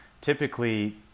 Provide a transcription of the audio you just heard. typically